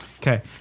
Okay